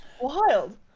Wild